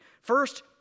First